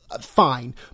fine